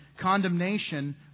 Condemnation